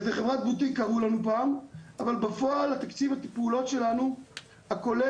אבל בפועל תקציב הפעולות שלנו הכולל